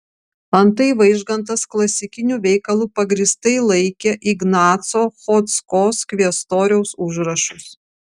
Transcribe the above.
antai vaižgantas klasikiniu veikalu pagrįstai laikė ignaco chodzkos kvestoriaus užrašus